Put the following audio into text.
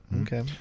Okay